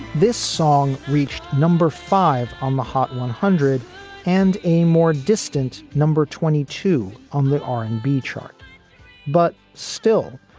this song reached number five on the hot one hundred and a more distant number twenty two on the r and b chart but still,